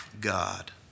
God